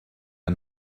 are